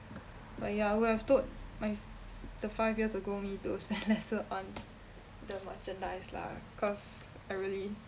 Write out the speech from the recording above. but ya I would have told my s~ the five years ago me to spend lesser on the merchandise lah cause I really